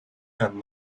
and